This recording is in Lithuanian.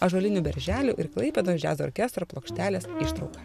ąžuolinių berželių ir klaipėdos džiazo orkestro plokštelės ištrauka